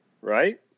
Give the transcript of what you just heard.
Right